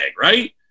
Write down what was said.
right